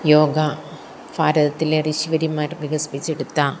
യോഗ ഭാരതത്തിലെ ഋഷിവര്യന്മാർ വികസിപ്പിച്ചെടുത്ത